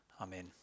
Amen